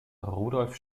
rudolf